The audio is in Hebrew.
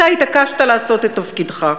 אתה התעקשת לעשות את תפקידך.